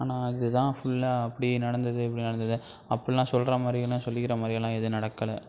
ஆனால் இது தான் ஃபுல்லாக அப்படி நடந்தது இப்படி நடந்தது அப்புல்லாம் சொல்லுற மாதிரியெல்லாம் சொல்லிக்கிற மாதிரியெல்லாம் எதுவும் நடக்கல